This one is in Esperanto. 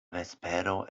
vespero